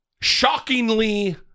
shockingly